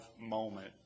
moment